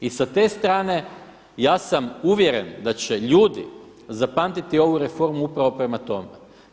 I sa te strane ja sam uvjeren da će ljudi zapamtiti ovu reformu upravo prema tome.